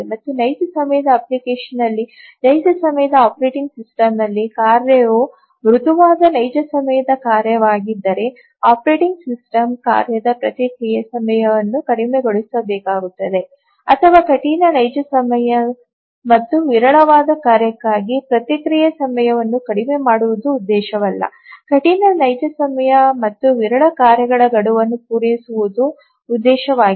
ಮತ್ತು ನೈಜ ಸಮಯದ ಅಪ್ಲಿಕೇಶನ್ನಲ್ಲಿ ನೈಜ ಸಮಯದ ಆಪರೇಟಿಂಗ್ ಸಿಸ್ಟಂನಲ್ಲಿ ಕಾರ್ಯವು ಮೃದುವಾದ ನೈಜ ಸಮಯದ ಕಾರ್ಯವಾಗಿದ್ದರೆ ಆಪರೇಟಿಂಗ್ ಸಿಸ್ಟಮ್ ಕಾರ್ಯದ ಪ್ರತಿಕ್ರಿಯೆ ಸಮಯವನ್ನು ಕಡಿಮೆಗೊಳಿಸಬೇಕಾಗುತ್ತದೆ ಆದರೆ ಕಠಿಣ ನೈಜ ಸಮಯ ಮತ್ತು ವಿರಳವಾದ ಕಾರ್ಯಕ್ಕಾಗಿ ಪ್ರತಿಕ್ರಿಯೆ ಸಮಯವನ್ನು ಕಡಿಮೆ ಮಾಡುವುದು ಉದ್ದೇಶವಲ್ಲ ಕಠಿಣ ನೈಜ ಸಮಯ ಮತ್ತು ವಿರಳ ಕಾರ್ಯಗಳ ಗಡುವನ್ನು ಪೂರೈಸುವುದು ಉದ್ದೇಶವಾಗಿದೆ